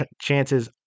chances